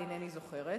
אינני זוכרת.